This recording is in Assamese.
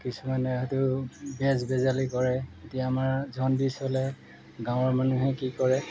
কিছুমানে হয়টো বেজ বেজালি কৰে এতিয়া আমাৰ জণ্ডিছ হ'লে গাঁৱৰ মানুহে কি কৰে